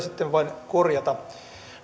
sitten vain korjata